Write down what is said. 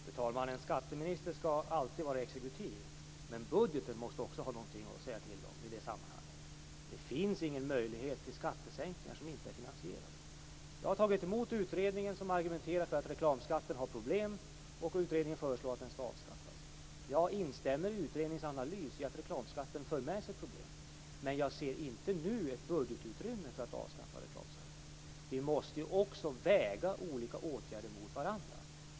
Fru talman! En skatteminister skall alltid vara exekutiv, men budgeten måste ha någonting att säga till om i det sammanhanget. Det finns ingen möjlighet till skattesänkningar som inte är finansierade. Jag har tagit emot utredningen som argumenterar att reklamskatten är det problem med. Utredningen föreslår att den skall avskaffas. Jag instämmer i utredningens analys, att reklamskatten för med sig problem, men jag ser inte nu ett budgetutrymme för att avskaffa den. Vi måste också väga olika åtgärder mot varandra.